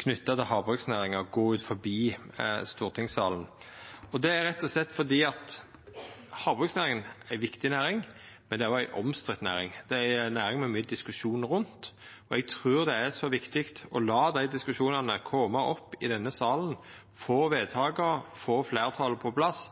knytte til havbruksnæringa gå utanfor stortingssalen. Det er rett og slett fordi havbruksnæringa er ei viktig næring, men det er òg ei omstridd næring. Det er ei næring det er mykje diskusjon rundt, og eg trur det er så viktig å lata dei diskusjonane kome opp i denne salen, få vedtaka, få fleirtal på plass